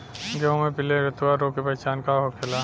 गेहूँ में पिले रतुआ रोग के पहचान का होखेला?